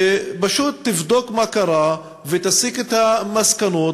שפשוט תבדוק מה קרה ותסיק את המסקנות,